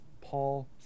paul